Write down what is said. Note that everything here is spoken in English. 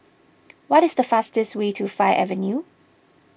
what is the fastest way to Fir Avenue